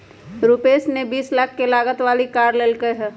रूपश ने बीस लाख के लागत वाली कार लेल कय है